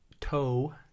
toe